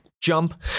jump